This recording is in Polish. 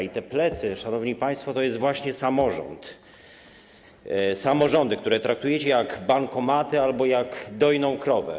I te plecy, szanowni państwo, to jest właśnie samorząd - samorządy, które traktujecie jak bankomaty albo jak dojną krowę.